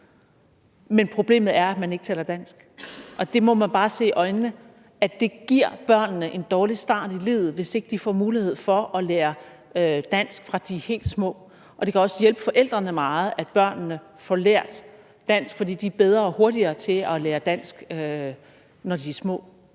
men problemet er, at man ikke taler dansk. Og man må bare se i øjnene, at det giver børnene en dårlig start i livet, hvis ikke de får mulighed for at lære dansk, fra de er helt små. Og det kan også hjælpe forældrene meget, at børnene får lært dansk, fordi de er bedre og hurtigere til at lære dansk, når de er små.